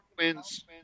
wins